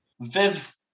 Viv